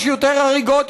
יש יותר הריגות,